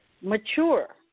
mature